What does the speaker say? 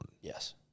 Yes